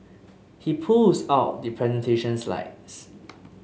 he pulls out the presentation slides